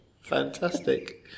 Fantastic